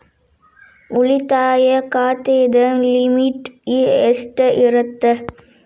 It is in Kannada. ಉಳಿತಾಯ ಖಾತೆದ ಲಿಮಿಟ್ ಎಷ್ಟ ಇರತ್ತ?